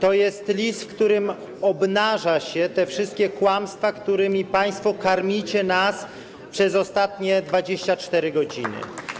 To jest list, w którym obnaża się te wszystkie kłamstwa, którymi państwo karmicie nas przez ostatnie 24 godziny.